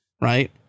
right